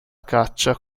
caccia